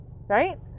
right